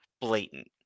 blatant